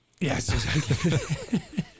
Yes